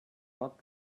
not